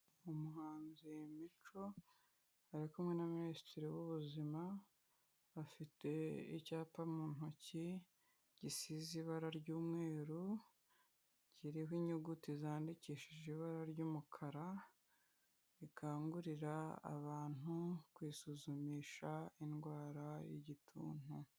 Umuhanzi Mico, ari kumwe na minisitiri w'ubuzima, bafite icyapa mu ntoki gisize ibara ry'umweru, kiriho inyuguti zandikishije ibara ry'umukara, rikangurira abantu kwisuzumisha indwara y'igituntu.